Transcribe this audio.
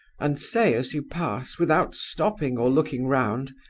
and say as you pass, without stopping or looking round,